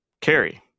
carry